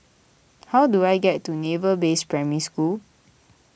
how do I get to Naval Base Primary School